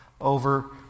over